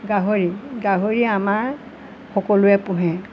গাহৰি গাহৰি আমাৰ সকলোৱে পোহে